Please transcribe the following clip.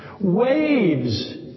Waves